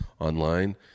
online